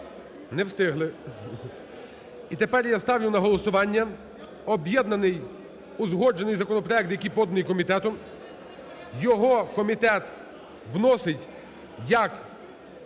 Не встигли. І тепер я ставлю на голосування об'єднаний узгоджений законопроект, який поданий комітетом, його комітет вносить як